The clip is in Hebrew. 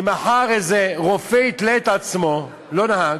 אם מחר איזה רופא יתלה את עצמו, לא נהג,